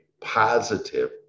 positive